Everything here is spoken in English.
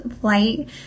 flight